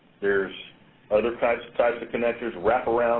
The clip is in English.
there's other types types of connectors, wrap-around